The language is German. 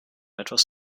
etwas